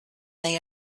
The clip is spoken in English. they